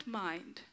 mind